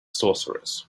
sorcerers